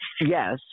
yes